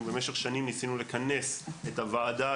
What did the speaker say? במשך שנים ניסינו לכנס את הוועדה,